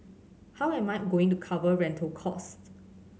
how am I going to cover rental cost